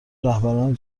رهبران